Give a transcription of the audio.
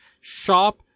shop